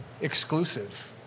exclusive